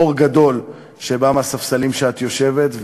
אור גדול שבא מהספסלים שבהם את יושבת.